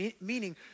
meaning